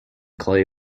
clay